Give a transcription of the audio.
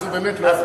אז הוא באמת לא,